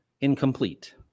incomplete